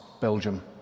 Belgium